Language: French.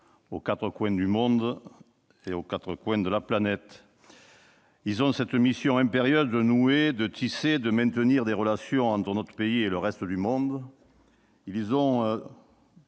consulaires sont à la tâche aux quatre coins de la planète. Ils ont cette mission impérieuse de nouer, de tisser et de maintenir des relations entre notre pays et le reste du monde. Ils ont